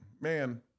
man